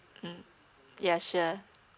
mmhmm yeah sure